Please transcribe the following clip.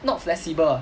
not flexible ah